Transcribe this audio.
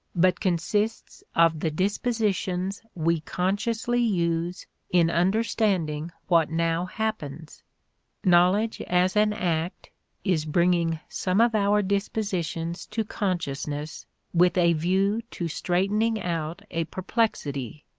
but consists of the dispositions we consciously use in understanding what now happens knowledge as an act is bringing some of our dispositions to consciousness with a view to straightening out a perplexity,